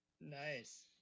Nice